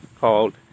called